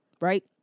right